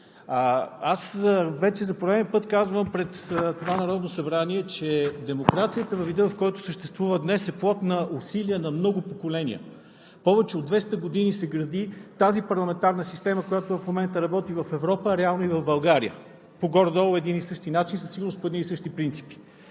Аз вече за пореден път казвам пред това Народно събрание, че демокрацията във вида, в който съществува днес, е плод на усилията на много поколения. Повече от 200 години се гради тази парламентарна система, която в момента работи в Европа, а реално и в България – горе-долу по един и същи начин, със сигурност по едни и същи принципи.